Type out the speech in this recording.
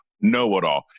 know-it-all